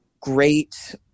great